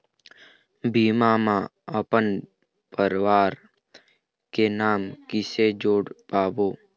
बीमा म अपन परवार के नाम किसे जोड़ पाबो?